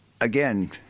again